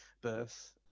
birth